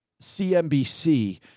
CNBC